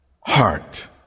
heart